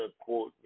quote